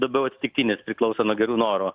labiau atsitiktinis priklauso nuo gerų norų